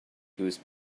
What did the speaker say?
goose